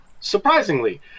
surprisingly